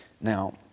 Now